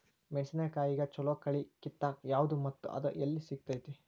ಮೆಣಸಿನಕಾಯಿಗ ಛಲೋ ಕಳಿ ಕಿತ್ತಾಕ್ ಯಾವ್ದು ಮತ್ತ ಅದ ಎಲ್ಲಿ ಸಿಗ್ತೆತಿ?